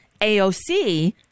AOC